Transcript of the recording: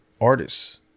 artists